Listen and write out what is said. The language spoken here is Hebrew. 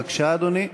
בבקשה, אדוני.